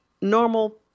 normal